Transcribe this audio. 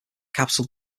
capital